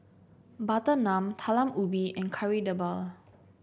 Butter Naan Talam Ubi and Kari Debal